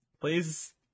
Please